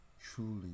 Truly